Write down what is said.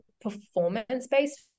performance-based